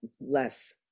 less